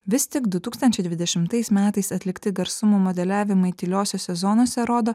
vis tik du tūkstančiai dvidešimtais metais atlikti garsumo modeliavimai tyliosiose zonose rodo